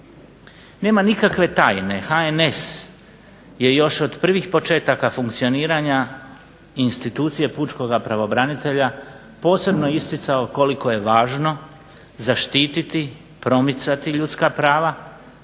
Nema nikakve tajne HNS je još od prvih početaka funkcioniranja institucije pučkog pravobranitelja posebno isticao koliko je važno zaštiti, promicati ljudska prava